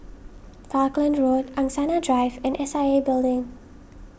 Falkland Road Angsana Drive and S I A Building